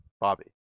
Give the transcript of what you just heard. Bobby